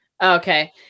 okay